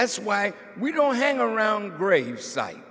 that's why we don't hang around gravesite